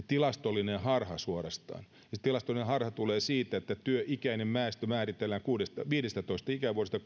tilastollinen harha suorastaan se tilastollinen harha tulee siitä että työikäinen väestö määritellään viidestätoista ikävuodesta